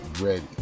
ready